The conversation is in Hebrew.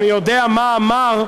אבל אני יודע מה אמר,